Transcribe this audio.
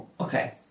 Okay